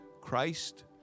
Christ